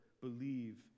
believe